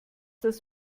das